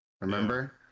remember